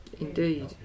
Indeed